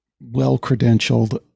well-credentialed